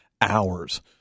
hours